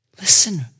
Listen